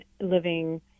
living